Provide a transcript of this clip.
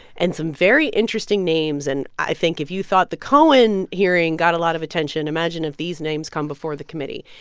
and some very interesting names and i think if you thought the cohen hearing got a lot of attention, imagine if these names come before the committee.